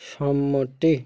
সম্মতি